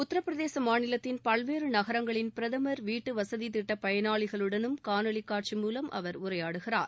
உத்தரப்பிரதேச மாநிலத்தின் பல்வேறு நகரங்களின் பிரதமர் வீட்டு வசதி திட்ட பயளாளிகளுடனும் காணொலி காட்சி மூலம் அவர் உரையாடுகிறார்